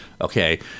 okay